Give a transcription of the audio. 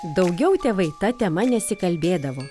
daugiau tėvai ta tema nesikalbėdavo